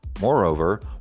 Moreover